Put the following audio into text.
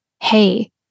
Hey